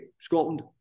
Scotland